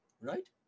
Right